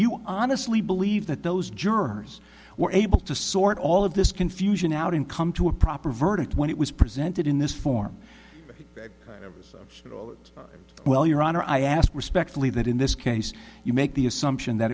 you honestly believe that those jurors were able to sort all of this confusion out and come to a proper verdict when it was presented in this form of well your honor i ask respectfully that in this case you make the assumption that